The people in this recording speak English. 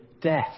death